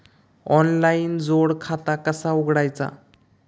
Online जोड खाता कसा उघडायचा?